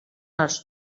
els